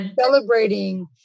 celebrating